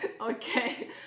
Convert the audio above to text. okay